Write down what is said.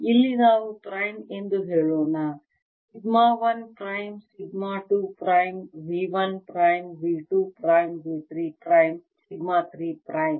ಇಲ್ಲಿ ನಾವು ಪ್ರೈಮ್ ಎಂದು ಹೇಳೋಣ sigma 1 prime sigma 2 prime V 1 prime V 2 prime V 3 prime sigma 3 prime